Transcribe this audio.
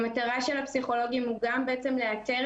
המטרה של הפסיכולוגים היא גם בעצם לאתר